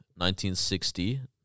1960